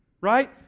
right